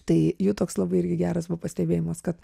tai jų toks labai irgi geras buvo pastebėjimas kad